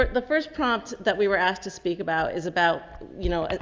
the first prompt that we were asked to speak about is about, you know,